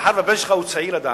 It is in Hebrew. מאחר שהבן שלך צעיר עדיין,